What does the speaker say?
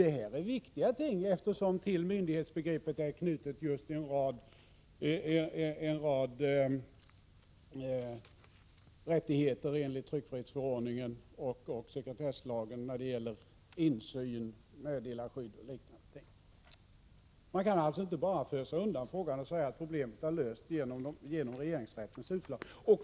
Det här är viktiga ting, eftersom det till myndighetsbegreppet är knutet en rad rättigheter enligt tryckfrihetsförordningen och sekretesslagen rörande insyn, meddelarskydd och liknande. Man kan alltså inte bara fösa undan frågan och säga att problemet är löst genom regeringsrättens utslag.